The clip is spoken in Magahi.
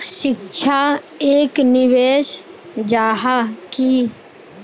शिक्षा एक निवेश जाहा की?